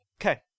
Okay